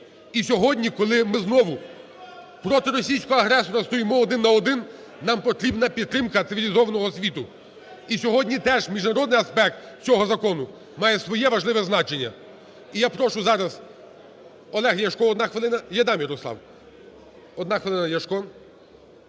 І сьогодні, коли ми знову проти російського агресора стоїмо один на один, нам потрібна підтримка цивілізованого світу. І сьогодні теж міжнародний аспект цього закону має своє важливе значення. І я прошу зараз Олег Ляшко, 1 хвилина. Я дам Ярослав. 1 хвилина Ляшко.